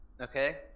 Okay